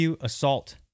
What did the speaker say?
Assault